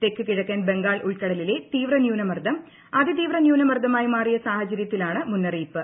തെക്ക് കിഴക്കൻ ബംഗാൾ ഉൾക്കടലിലെ തീവ്ര ന്യൂനമർദം അതിതീവ്ര ന്യൂനമർദ്ദമായി മാറിയ സാഹചര്യത്തിലാണ് മുന്നറിയിപ്പ്